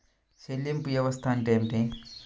చెల్లింపు వ్యవస్థ అంటే ఏమిటి?